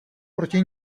proti